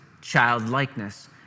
childlikeness